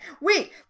Wait